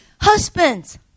husbands